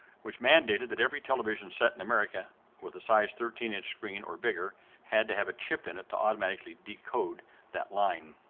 which mandated that every television set in america with a size thirteen inch screen or bigger had to have a chip in it to automatically decode that line,